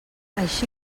així